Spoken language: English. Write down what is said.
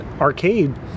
arcade